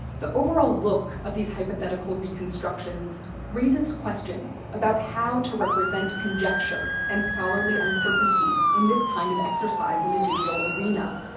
the overall look of these hypothetical reconstructions raises questions about how to represent conjecture and scholarly uncertainty in this kind of exercise in the digital arena.